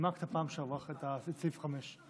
נימקת בפעם שעברה את סעיף 5,